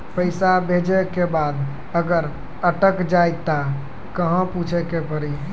पैसा भेजै के बाद अगर अटक जाए ता कहां पूछे के पड़ी?